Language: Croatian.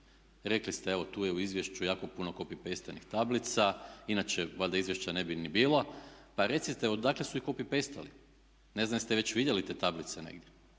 Rekli ste evo tu je u izvješću jako puno copy-paste tablica inače valjda izvješća ne bi ni bilo. Pa recite odakle su ih copy-pasteli? Ne znam, jeste već vidjeli te tablice negdje?